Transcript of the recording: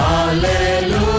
Hallelujah